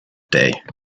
day